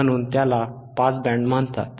म्हणून त्याला pass band म्हणतात